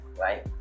right